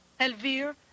Elvir